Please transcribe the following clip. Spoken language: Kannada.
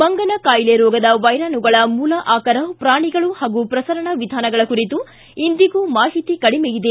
ಮಂಗನ ಕಾಯಿಲೆ ರೋಗದ ವೈರಾಣುಗಳ ಮೂಲ ಅಕರ ಪ್ರಾಣಿಗಳು ಹಾಗೂ ಪ್ರಸರಣಾ ವಿಧಾನಗಳ ಕುರಿತು ಇಂದಿಗೂ ಮಾಹಿತಿ ಕಡಿಮೆಯಿದೆ